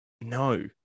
No